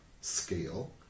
scale